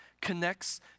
connects